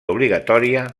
obligatòria